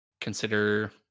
consider